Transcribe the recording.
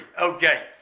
Okay